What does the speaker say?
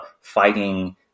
fighting